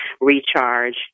recharge